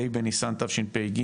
ה' בניסן תשפ"ג,